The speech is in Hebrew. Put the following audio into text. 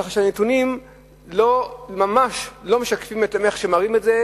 כך שהנתונים לא משקפים את המציאות.